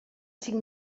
cinc